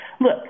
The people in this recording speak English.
look